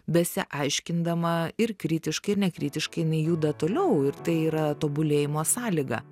besiaiškindama ir kritiškai ir nekritiškai jinai juda toliau ir tai yra tobulėjimo sąlyga